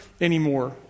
anymore